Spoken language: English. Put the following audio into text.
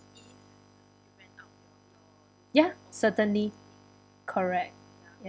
ya certainly correct